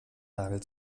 nagel